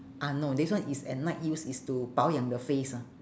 ah no this one is at night use is to 保养 your face ah